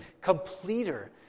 completer